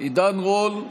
עידן רול,